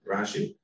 Rashi